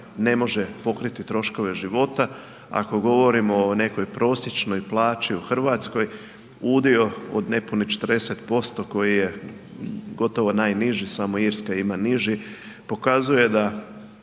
ne može pokriti troškove života. Ako govorimo o nekoj prosječnoj plaći u Hrvatskoj udio od nepunih 40% koji je gotovo najniži, samo Irska ima niži, pokazuje da